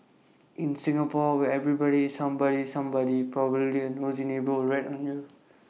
in Singapore where everybody somebody's somebody probably A nosy neighbour will rat on you